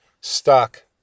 stuck